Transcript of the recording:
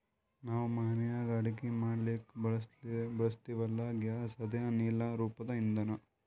ನಾವ್ ಮನ್ಯಾಗ್ ಅಡಗಿ ಮಾಡ್ಲಕ್ಕ್ ಬಳಸ್ತೀವಲ್ಲ, ಗ್ಯಾಸ್ ಅದೇ ಅನಿಲ್ ರೂಪದ್ ಇಂಧನಾ